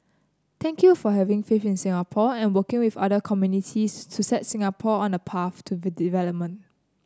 thank you for having faith in Singapore and working with other communities to set Singapore on a path to development